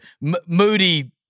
Moody